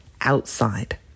outside